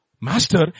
Master